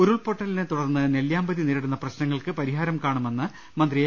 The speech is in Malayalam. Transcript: ഉരുൾപൊട്ടലിനെതുടർന്ന് നെല്ല്യാമ്പതി നേരിടുന്ന പ്രശ്നങ്ങൾക്ക് പരിഹാരം കാണുമെന്ന് മന്ത്രി എ